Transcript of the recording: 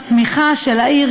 הצמיחה של העיר,